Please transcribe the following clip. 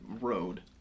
road